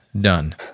Done